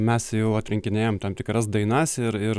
mes jau atrinkinėjam tam tikras dainas ir ir